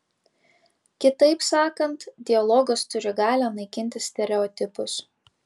kitaip sakant dialogas turi galią naikinti stereotipus